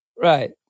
Right